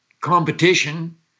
competition